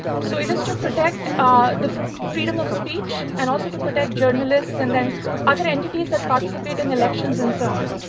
so it is to protect the freedom of speech and also to protect journalists and then other entities that participate in elections and so on.